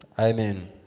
Amen